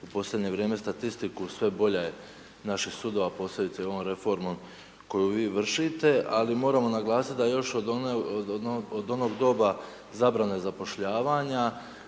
u posljednje vrijeme statistiku, sve bolja je naših sudova, posebice ovom reformom koju vi vršite, ali moramo naglasiti da još od onog doba zabrane zapošljavanja,